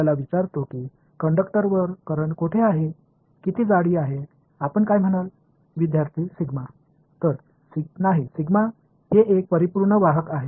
எனவே இதுபோன்ற ஒரு சரியான மின்சார கடத்தியை எடுத்து கடத்தியில் மின்னோட்டம் எங்கே அது எவ்வளவு தடிமனாக இருக்கிறது என்று கேட்கிறோம் நீங்கள் என்ன சொல்வீர்கள்